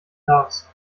darß